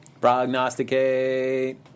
Prognosticate